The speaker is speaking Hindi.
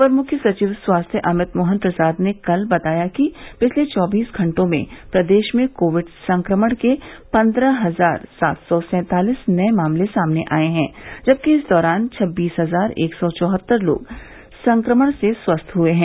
अपर मुख्य सचिव स्वास्थ्य अमित मोहन प्रसाद ने कल बताया कि पिछले चौबीस घंटों में प्रदेश में कोविड संक्रमण के पन्द्रह हजार सात सौ सैंतालीस नये मामले सामने आये हैं जबकि इस दौरान छब्बीस हजार एक सौ चौहत्तर लोग संक्रमण से स्वस्थ हुए हैं